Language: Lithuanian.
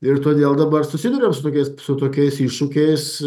ir todėl dabar susiduriam su tokiais su tokiais iššūkiais